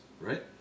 right